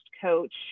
coach